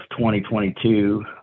2022